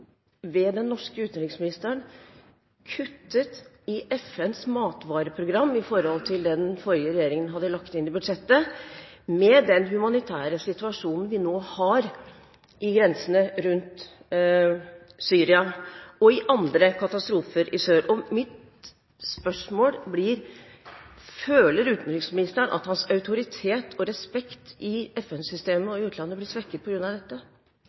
ved den norske utenriksministeren, kuttet i FNs matvareprogram i forhold til det den forrige regjeringen hadde lagt inn i budsjettet – med den humanitære situasjonen vi nå har i grenseområdene rundt Syria og i andre katastrofeområder i sør. Mitt spørsmål blir: Føler utenriksministeren at hans autoritet og respekten for ham i FN-systemet og i utlandet blir svekket på grunn av dette?